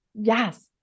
Yes